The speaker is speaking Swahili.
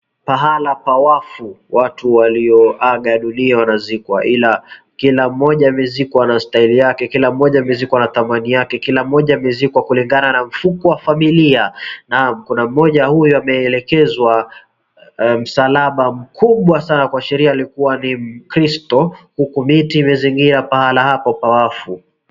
Pahala pa wafu. Watu walioaga dunia wanazikwa ila kila mmoja amezikwa na style yake, kila mmoja amezikwa na thamani yake, kila mmoja amezikwa kulingana na mfuko wa familia. Naam, kuna mmoja huyu ameelekezwa msalaba mkubwa sana kuashiria alikua ni mkristo, huku miti imezingira pahala hapo pa wafu.